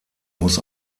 muss